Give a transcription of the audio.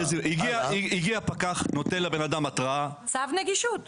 הגיע פקח, נותן לבן אדם התראה -- צו נגישות.